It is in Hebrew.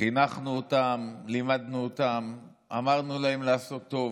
חינכנו אותם, לימדנו אותם, אמרנו להם לעשות טוב,